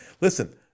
Listen